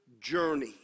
journey